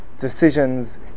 decisions